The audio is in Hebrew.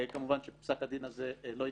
כמובן שפסק הדין הזה לא התקבל,